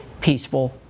peaceful